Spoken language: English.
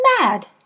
mad